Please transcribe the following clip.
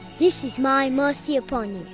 this is my mercy upon